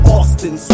Austin